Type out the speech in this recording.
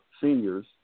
seniors